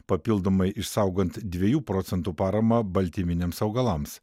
papildomai išsaugant dviejų procentų paramą baltyminiams augalams